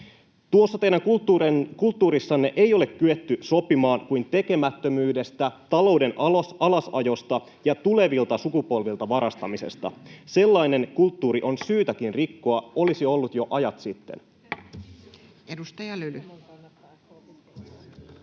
Tuossa teidän kulttuurissanne ei ole kyetty sopimaan kuin tekemättömyydestä, talouden alasajosta ja tulevilta sukupolvilta varastamisesta. Sellainen kulttuuri on syytäkin rikkoa, olisi ollut jo ajat sitten. [Speech 204]